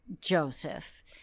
Joseph